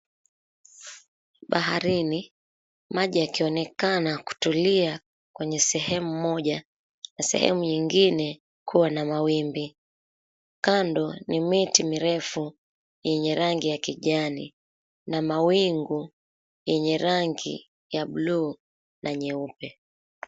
Baharini maji yakionekana kutulia kwenye sehemu moja na sehemu nyingine kuna mawimbi. Kando ni miti mirefu yenye rangi ya kijani na mawingu yenye rangi ya bluu na nyeupe